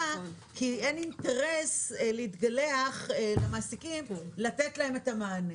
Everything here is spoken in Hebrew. כי למעסיקים אין אינטרס להתגלח ולתת להם את המענה.